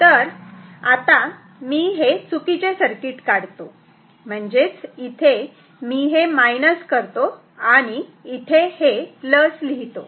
तर आता मी हे चुकीचे सर्किट काढतो म्हणजेच इथे मी हे मायनस करतो आणि इथे हे प्लस लिहितो